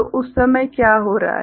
तो उस समय क्या हो रहा है